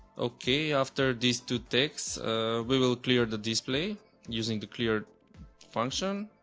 okay after these two texts, we will clear the display using the clear function.